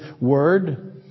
word